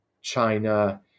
China